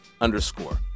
underscore